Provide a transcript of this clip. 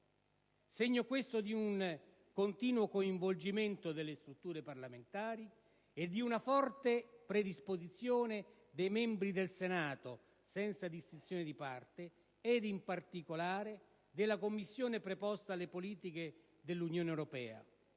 Segno, questo, di un continuo coinvolgimento delle strutture parlamentari e di una forte predisposizione dei membri del Senato, senza distinzione di parte, ed in particolare della Commissione preposta alle politiche dell'Unione europea,